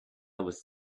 was